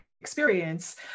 experience